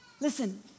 Listen